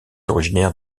originaire